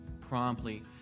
promptly